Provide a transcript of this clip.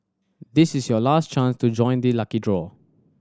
this is your last chance to join the lucky draw